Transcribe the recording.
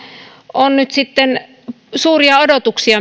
on nyt sitten suuria odotuksia